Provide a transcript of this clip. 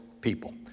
people